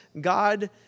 God